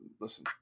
listen